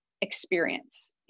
experience